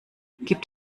gibt